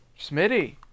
Smitty